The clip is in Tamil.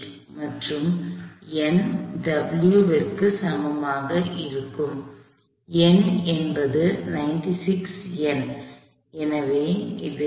மற்றும் N W க்கு சமமாக இருக்கும் N என்பது 96 N எனவே இது